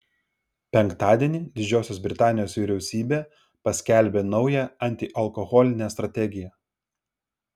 penktadienį didžiosios britanijos vyriausybė paskelbė naują antialkoholinę strategiją